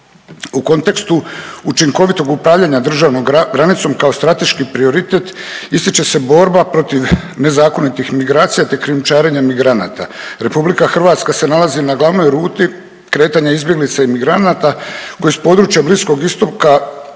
U kontekstu učinkovitog upravljanja državnom granicom kao strateški prioritet ističe se borba protiv nezakonitih migracija te krijumčarenja migranata. RH se nalazi na glavnoj ruti kretanja izbjeglica i migranata koji s područja Bliskog Istoka